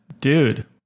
dude